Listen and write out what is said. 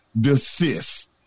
desist